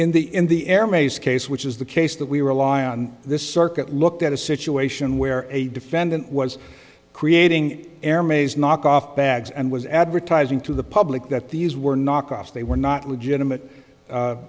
in the in the air maze case which is the case that we rely on this circuit looked at a situation where a defendant was creating air maze knockoff bags and was advertising to the public that these were knockoffs they were not legitimate